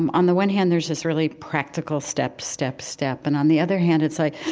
um on the one hand, there's this really practical step, step, step. and on the other hand, it's like